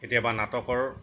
কেতিয়াবা নাটকৰ